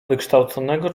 wykształconego